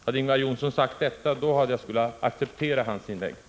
Om Ingvar Johnsson hade sagt detta, skulle jag ha accepterat hans inlägg.